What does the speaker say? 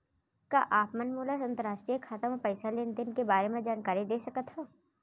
का आप मन मोला अंतरराष्ट्रीय खाता म पइसा लेन देन के बारे म जानकारी दे सकथव?